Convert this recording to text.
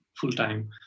full-time